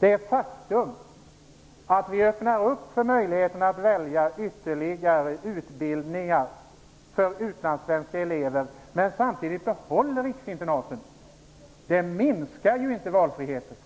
Det faktum att vi vill öppna upp för möjligheten att välja ytterligare utbildningar för utlandssvenska elever samtidigt som vi vill behålla riksinternaten minskar ju inte valfriheten,